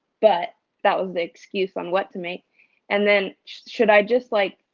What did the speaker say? but that was the excuse on what to make and then, should i just like,